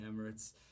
Emirates